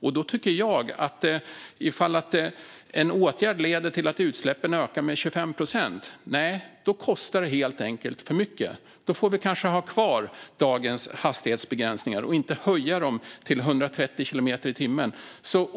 Om en åtgärd leder till att utsläppen ökar med 25 procent kostar det helt enkelt för mycket. Då får vi kanske ha kvar dagens hastighetsbegränsningar och inte höja dem till 130 kilometer i timmen.